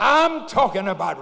am talking about